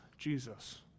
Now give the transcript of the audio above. Jesus